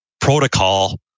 protocol